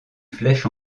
flèche